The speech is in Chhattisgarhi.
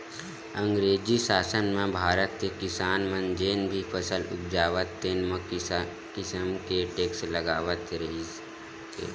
अंगरेजी सासन म भारत के किसान मन जेन भी फसल उपजावय तेन म किसम किसम के टेक्स लगावत रिहिस हे